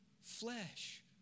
flesh